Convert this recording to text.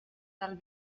del